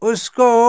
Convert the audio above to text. Usko